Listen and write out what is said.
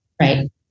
Right